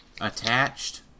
attached